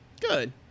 good